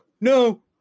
no